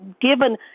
Given